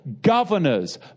Governors